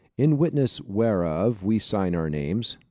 in witness whereof we sign our names.